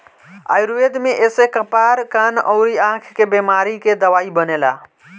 आयुर्वेद में एसे कपार, कान अउरी आंख के बेमारी के दवाई बनेला